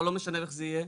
או לא משנה איך זה יהיה,